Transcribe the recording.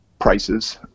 prices